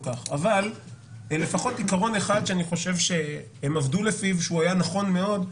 כך אבל לפחות עיקרון אחד שאני חושב שהם עבדו לפיו שהוא היה נכון מאוד.